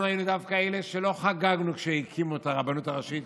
אנחנו היינו דווקא אלה שלא חגגו כשהקימו את הרבנות הראשית